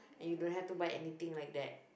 and you don't have to buy anything like that